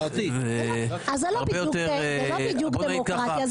אז זו לא בדיוק דמוקרטיה.